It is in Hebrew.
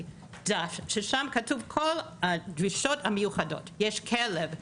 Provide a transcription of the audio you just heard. דף ששם כתובות כל הדרישות המיוחדות: יש כלב,